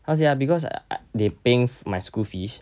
how to say ah because they paying my school fees